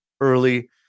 early